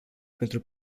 pentru